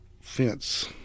fence